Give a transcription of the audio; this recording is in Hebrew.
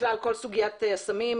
בכלל כל סוגית הסמים.